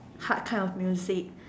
hard kind of music